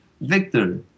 Victor